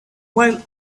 while